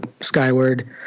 skyward